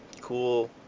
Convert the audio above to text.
cool